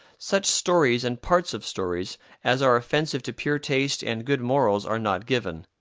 such stories and parts of stories as are offensive to pure taste and good morals are not given.